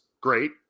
great